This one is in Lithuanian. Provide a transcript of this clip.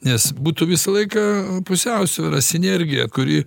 nes būtų visą laiką pusiausvyra sinergija kuri